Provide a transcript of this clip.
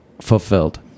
fulfilled